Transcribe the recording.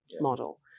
model